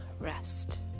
rest